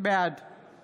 בעד גילה גמליאל, בעד